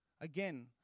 again